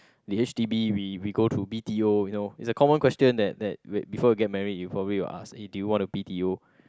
the H_d_B we we go through B_t_O you know it's a common question that that wh~ before you get married you probably will ask eh do you want to B_t_O